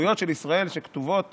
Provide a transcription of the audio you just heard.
הזכויות של ישראל שכתובות